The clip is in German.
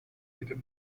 jedem